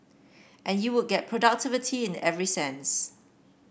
and you would get productivity in every sense